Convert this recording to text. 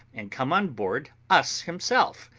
and come on board us himself,